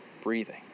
breathing